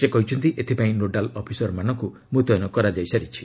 ସେ କହିଛନ୍ତି ଏଥିପାଇଁ ନୋଡ଼ାଲ୍ ଅଫିସରମାନଙ୍କୁ ମୁତୟନ କରାଯାଇଛି